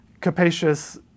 capacious